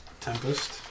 Tempest